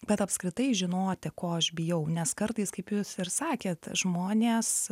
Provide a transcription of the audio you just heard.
bet apskritai žinoti ko aš bijau nes kartais kaip jūs ir sakėt žmonės